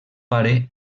pare